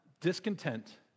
Discontent